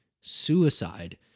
suicide